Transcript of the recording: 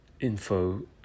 info